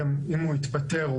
אם הוא יתפטר,